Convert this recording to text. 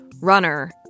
runner